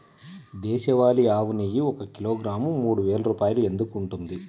దేశవాళీ ఆవు నెయ్యి ఒక కిలోగ్రాము మూడు వేలు రూపాయలు ఎందుకు ఉంటుంది?